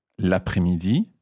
L'après-midi